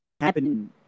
happening